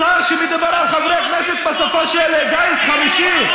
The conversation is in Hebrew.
שר שמדבר על חברי הכנסת בשפה של גיס חמישי?